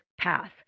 path